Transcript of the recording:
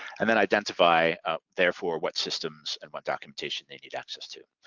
and then identify therefore what systems and what documentation they need access to.